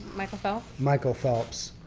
michael phelps? michael phelps,